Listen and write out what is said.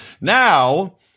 Now